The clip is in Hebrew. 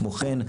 כמו כן,